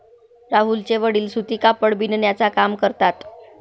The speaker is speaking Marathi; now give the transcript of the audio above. राहुलचे वडील सूती कापड बिनण्याचा काम करतात